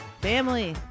family